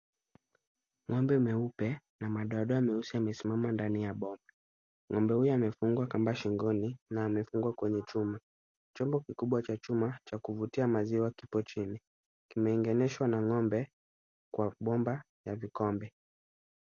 Ng'ombe mweupe na madoadoa meusi amesimama ndani ya boma.Ng'ombe huyu amefungwa kamba shingoni na amefungwa kwenye chumba. Chombo kikubwa cha chuma cha kuvutia maziwa kipo chini, kimeengeneshwa na ng'ombe kwa bomba na vikombe.